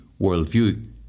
worldview